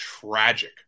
tragic